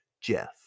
jeff